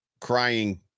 crying